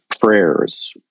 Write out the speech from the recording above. prayers